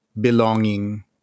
belonging